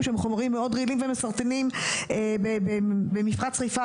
שהם חומרים מאוד רעילים ומסרטנים במפרץ חיפה,